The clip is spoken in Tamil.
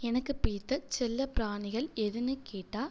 எனக்குப் பிடித்த செல்லப் பிராணிகள் எதுன்னு கேட்டால்